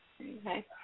Okay